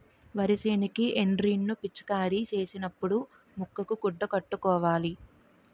వరి సేనుకి ఎండ్రిన్ ను పిచికారీ సేసినపుడు ముక్కుకు గుడ్డ కట్టుకోవాల